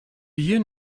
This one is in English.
you